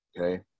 Okay